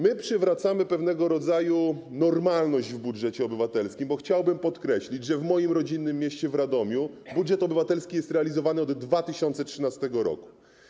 My przywracamy pewnego rodzaju normalność w budżecie obywatelskim, bo chciałbym podkreślić, że w moim rodzinnym mieście, w Radomiu, budżet obywatelski jest realizowany od 2013 r.